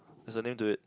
there's a name to it